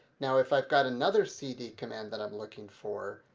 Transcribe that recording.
now if i've got another cd command that i'm looking for,